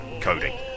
coding